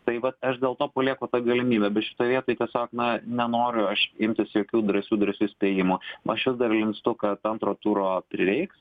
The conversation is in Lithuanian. tai vat aš dėl to palieku tą galimybę bet šitoj vietoj tiesiog na nenoriu aš imtis jokių drąsių drąsių įspėjimo aš vis dar linkstu kad antro turo prireiks